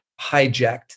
hijacked